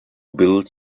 build